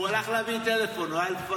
הוא הלך להביא טלפון, הוא היה לפניי.